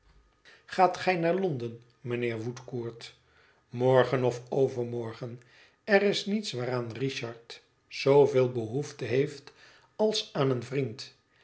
gaat gij naar londen mijnheer woodcourt morgen of overmorgen er is niets waaraan richard zooveel behoefte heeft als aan een vriend